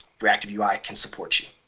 reactiveui can support you.